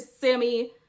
Sammy